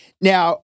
Now